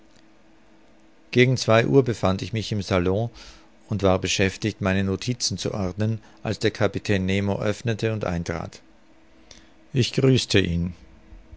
gegen zwei uhr befand ich mich im salon und war beschäftigt meine notizen zu ordnen als der kapitän nemo öffnete und eintrat ich grüßte ihn